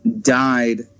died